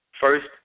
First